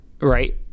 right